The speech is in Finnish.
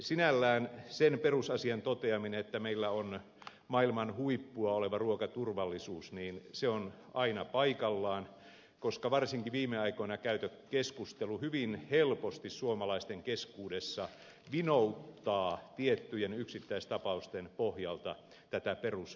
sinällään sen perusasian toteaminen että meillä on maailman huippua oleva ruokaturvallisuus on aina paikallaan koska varsinkin viime aikoina käyty keskustelu hyvin helposti suomalaisten keskuudessa vinouttaa tiettyjen yksittäistapausten pohjalta tätä perusasiaa